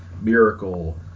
Miracle